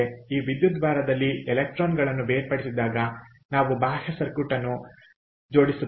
ಈ ವಿದ್ಯುದ್ವಾರದಲ್ಲಿ ಎಲೆಕ್ಟ್ರಾನ್ಗಳನ್ನು ಬೇರ್ಪಡಿಸಿದಾಗ ನಾವು ಬಾಹ್ಯ ಸರ್ಕ್ಯೂಟ್ ಅನ್ನು ಜೋಡಿಸುತ್ತೇವೆ